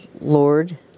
Lord